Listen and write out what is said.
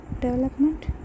development